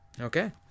Okay